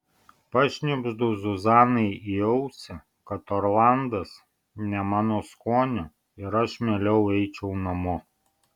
pašnibždu zuzanai į ausį kad orlandas ne mano skonio ir aš mieliau eičiau namo